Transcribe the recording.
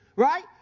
Right